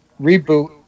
reboot